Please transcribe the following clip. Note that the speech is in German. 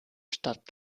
statt